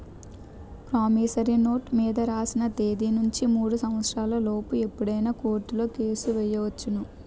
promissory note మీద రాసిన తేదీ నుండి మూడు సంవత్సరాల లోపు ఎప్పుడైనా కోర్టులో కేసు ఎయ్యొచ్చును